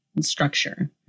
structure